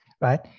right